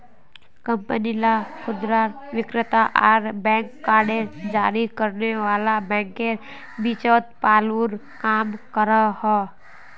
company ला खुदरा विक्रेता आर बैंक कार्ड जारी करने वाला बैंकेर बीचोत पूलेर काम करोहो